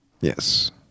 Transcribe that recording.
Yes